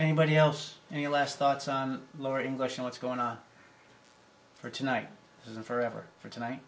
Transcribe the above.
anybody else any last thoughts on lori english and what's going on for tonight and forever for tonight